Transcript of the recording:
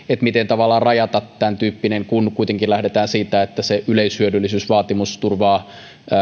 miten tavallaan rajata tämäntyyppinen kun kuitenkin lähdetään siitä että se yleishyödyllisyysvaatimus turvaa